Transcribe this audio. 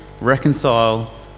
reconcile